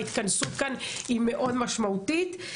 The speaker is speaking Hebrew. ההתכנסות כאן היא מאוד משמעותית.